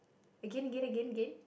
again again again again